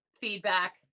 feedback